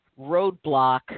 roadblock